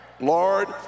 Lord